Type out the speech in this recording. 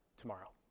tomorrow.